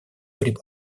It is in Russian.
при